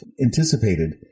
anticipated